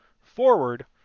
Forward